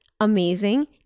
amazing